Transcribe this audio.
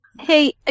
Hey